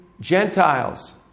Gentiles